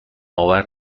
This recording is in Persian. آور